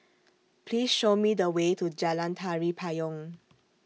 Please Show Me The Way to Jalan Tari Payong